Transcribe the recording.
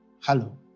hello